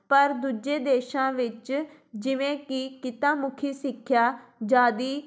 ਪਰ ਦੂਜੇ ਦੇਸ਼ਾਂ ਵਿੱਚ ਜਿਵੇਂ ਕਿ ਕਿੱਤਾ ਮੁਖੀ ਸਿੱਖਿਆ ਜ਼ਿਆਦਾ